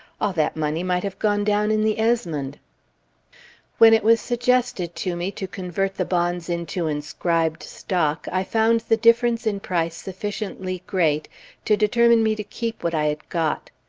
all that money might have gone down in the esmond when it was suggested to me to convert the bonds into inscribed stock, i found the difference in price sufficiently great to determine me to keep what i had got.